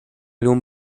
algún